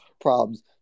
problems